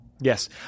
Yes